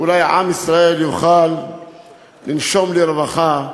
ואולי עם ישראל יוכל לנשום לרווחה.